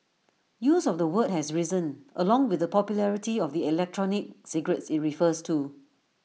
use of the word has risen along with the popularity of the electronic cigarettes IT refers to